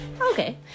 Okay